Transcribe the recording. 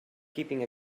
keeping